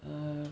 um